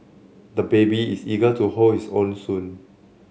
the baby is eager to hold his own spoon